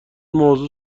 موضوع